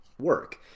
work